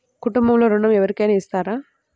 కుటుంబంలో ఋణం ఎవరికైనా ఇస్తారా?